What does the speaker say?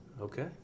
Okay